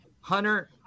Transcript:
Hunter